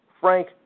Frank